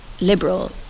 liberal